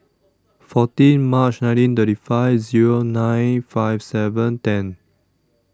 fourteen March nineteen thirty five Zero nine five seven ten